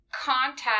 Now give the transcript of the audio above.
Contact